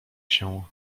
się